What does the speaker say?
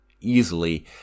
easily